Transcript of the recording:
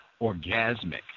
orgasmic